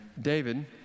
David